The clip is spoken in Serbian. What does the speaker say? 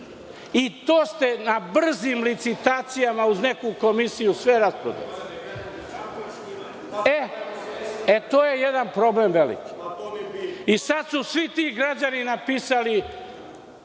To ste na brzim licitacijama, uz neku komisiju, sve rasprodali. To je jedan problem veliki. Sada su svi ti građani napisali